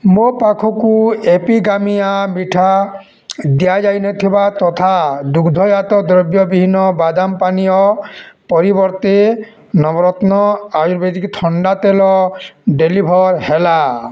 ମୋ ପାଖକୁ ଏପିଗାମିୟା ମିଠା ଦିଆଯାଇନଥିବା ତଥା ଦୁଗ୍ଧଜାତ ଦ୍ରବ୍ୟ ବିହୀନ ବାଦାମ ପାନୀୟ ପରିବର୍ତ୍ତେ ନବରତ୍ନ ଆୟୁର୍ବେଦିକ ଥଣ୍ଡା ତେଲ ଡେଲିଭର୍ ହେଲା